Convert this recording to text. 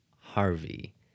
harvey